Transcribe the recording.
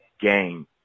game